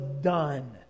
done